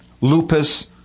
lupus